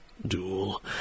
Duel